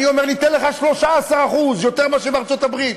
אני אומר, ניתן לך 3%, יותר מאשר בארצות-הברית,